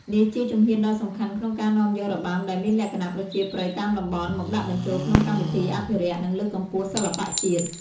នេះជាជំហានដ៏សំខាន់ក្នុងការនាំយករបាំដែលមានលក្ខណៈប្រជាប្រិយតាមតំបន់ មកដាក់បញ្ចូលក្នុងកម្មវិធីអភិរក្ស និងលើកកម្ពស់សិល្បៈជាតិ។